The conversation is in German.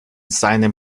seinem